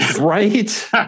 right